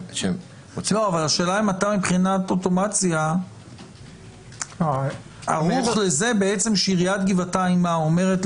אבל השאלה אם אתה מבחינת אוטומציה ערוך לזה שעיריית גבעתיים אומרת,